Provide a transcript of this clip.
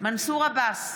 מנסור עבאס,